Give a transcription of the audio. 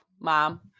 mom